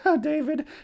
David